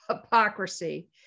hypocrisy